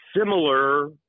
similar